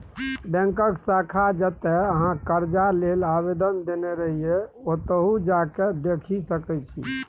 बैकक शाखा जतय अहाँ करजा लेल आवेदन देने रहिये ओतहु जा केँ देखि सकै छी